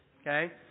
okay